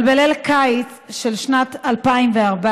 אבל בליל קיץ של שנת 2014,